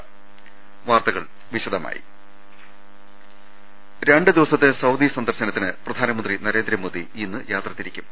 ങ്ങ ൽ രണ്ട് ദിവസത്തെ സൌദി സന്ദർശനത്തിന് പ്രധാനമന്ത്രി നരേന്ദ്ര മോദി ഇന്ന് യാത്രതിരിക്കും